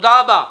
תודה רבה.